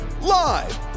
live